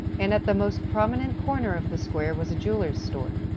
and at the most prominent corner of the square was a jeweler's store.